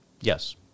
yes